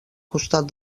costat